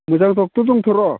मोजां डक्टर दंथ' र'